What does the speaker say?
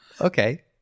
okay